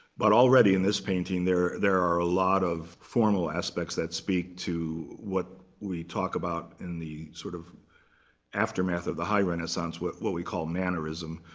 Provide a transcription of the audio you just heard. but already, in this painting, there there are a lot of formal aspects that speak to what we talk about in the sort of aftermath of the high renaissance, what what we call mannerism,